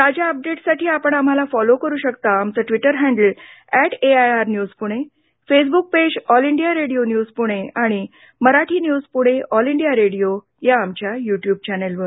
ताज्या अपडेट्ससाठी आपण आम्हाला फॉलो करु शकता आमचं Twitter handle at AIR news Pune Facebook page All India Radio News Pune आणि Marathi news Pune All India Radio या आमच्या युट्युब चॅनेलवर